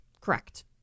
correct